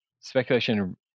speculation